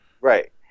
Right